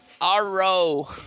Arrow